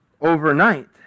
overnight